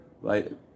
right